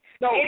No